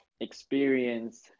experience